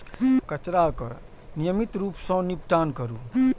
कचरा के नियमित रूप सं निपटान करू